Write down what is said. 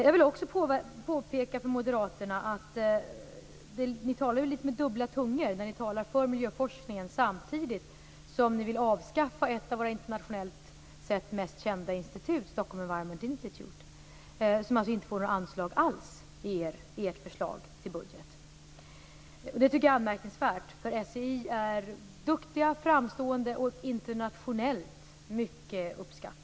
Jag vill också påpeka för moderaterna: Ni talar litet grand med dubbla tungor när ni talar för miljöforskningen samtidigt som ni vill avskaffa ett av våra internationellt sett mest kända institut, Stockholm Environment Institute, som inte får några anslag alls i ert förslag till budget. Det tycker jag är anmärkningsvärt. SEI är duktigt, framstående och internationellt mycket uppskattat.